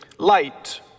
Light